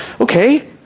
okay